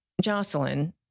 Jocelyn